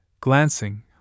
Glancing